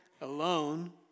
alone